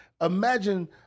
imagine